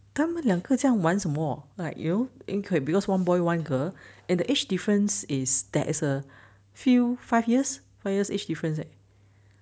他们两个这样玩什么 like you know because one boy one girl and the age difference is that there is a few five years four years age difference leh